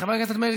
חברת הכנסת רויטל